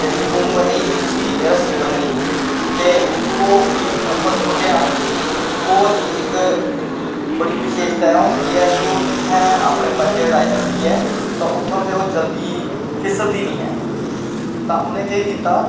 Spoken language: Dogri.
जेह्ड़ी दुम्ब ही उसी रस्सी बद्दी ते घोह् गी उप्पर सुट्टेआ घोह् दीइक बड़ी बिशेस्ता एह् होंदी ऐ कि ओह् जित्थें अपने पंजे अड़ाई लैंदी ऐ तां उत्थां दा ओह् जल्दी फिसलदी नी ऐ तां उनैं केह् कीता